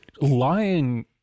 lying